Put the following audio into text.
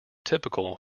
typical